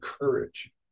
courage